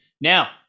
Now